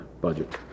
budget